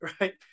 right